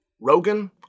Rogan